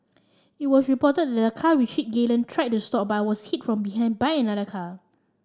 it was reported that the car which hit Galen tried to stop but was hit from behind by another car